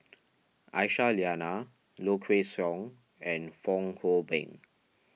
Aisyah Lyana Low Kway Song and Fong Hoe Beng